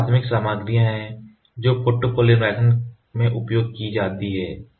तो ये प्राथमिक सामग्रियां हैं जो फोटोपॉलीमराइज़ेशन में उपयोग की जाती हैं